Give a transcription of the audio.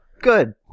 Good